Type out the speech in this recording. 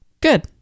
Good